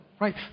right